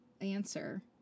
answer